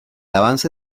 avance